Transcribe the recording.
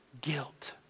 guilt